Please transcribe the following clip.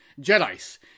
Jedi's